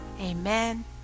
Amen